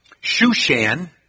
Shushan